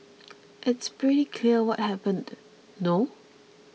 it's pretty clear what happened no